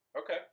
Okay